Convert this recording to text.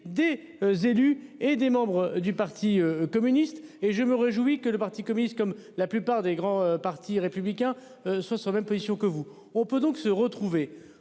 des élus et des membres du Parti communiste et je me réjouis que le parti communiste comme la plupart des grands partis républicains se sont même position que vous. On peut donc se retrouver